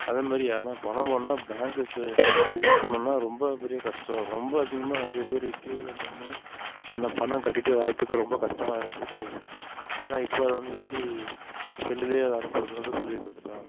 அதே மாதிரி யாருன்னா பணம் போடடுணுன்னா பேங்க்குக்கு போகணுன்னா ரொம்ப பெரிய கஷ்டம் ரொம்ப அதிகமாக நிறையப்பேர் க்யூவில் நின்று அந்த பணம் கட்டிவிட்டு வரத்துக்கு ரொம்ப கஷ்டமாக இருந்துச்சு ஆனால் இப்போ அது வந்து எப்படி செல்லுலேயே அது அனுப்புகிறது வந்து சொல்லிக் கொடுத்துட்டான்